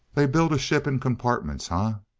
they build a ship in compartments, ah?